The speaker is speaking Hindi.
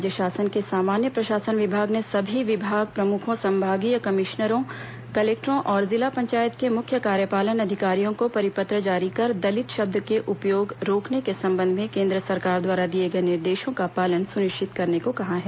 राज्य शासन के सामान्य प्रशासन विभाग ने सभी विभाग प्रमुखों संभागीय कमिश्नरों कलेक्टरों और जिला पंचायत के मुख्य कार्यपालन अधिकारियों को परिपत्र जारी कर दलित शब्द के उपयोग रोकने के संबंध में केंद्र सरकार द्वारा दिए गए निर्देशों का पालन सुनिश्चित करने कहा है